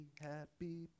happy